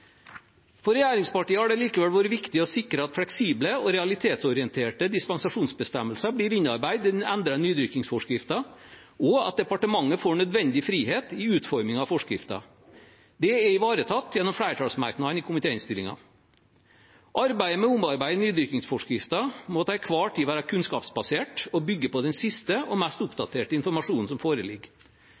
For regjeringspartiene har det likevel vært viktig å sikre at fleksible og realitetsorienterte dispensasjonsbestemmelser blir innarbeidet i den endrede nydyrkingsforskriften, og at departementet får nødvendig frihet i utformingen av forskriften. Det er ivaretatt gjennom flertallsmerknaden i komitéinnstillingen. Arbeidet med å omarbeide nydyrkingsforskriften må til enhver tid være kunnskapsbasert og bygge på den siste og mest oppdaterte informasjonen som foreligger.